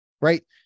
Right